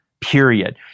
period